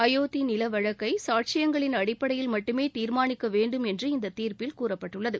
அயோத்தி நில வழக்கை சாட்சியங்களின் அடிப்படையில் மட்டுமே தீர்மானிக்க வேண்டும் என்று இந்த தீர்ப்பில் கூறப்பட்டுள்ளது